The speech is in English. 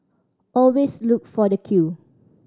always look for the queue